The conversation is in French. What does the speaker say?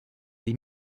des